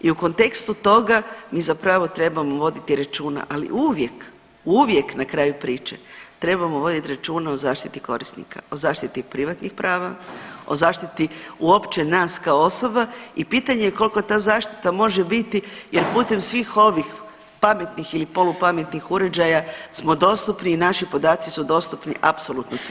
I u kontekstu toga mi zapravo trebamo voditi računa, ali uvijek, uvijek na kraju priče trebamo voditi računa o zaštiti korisnika, o zaštiti privatnih prava, o zaštiti uopće nas kao osoba i pitanje je koliko ta zaštita može biti jer putem svih ovih pametnih ili polu pametnih uređaja smo dostupni i naši podaci su dostupni apsolutno svima.